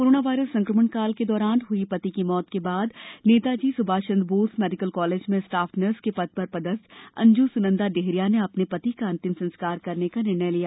corona virus संक्रमण काल के दौरान हई पति की मौत के बाद नेताजी सुभाष चंद्र बोस मेडिकल कॉलेज में स्टाफ नर्स के पद पर पदस्थ अंजू सुनंदा डेहरिया ने अपने पति का अंतिम संस्कार करने का निर्णय लिया